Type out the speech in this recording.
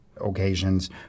occasions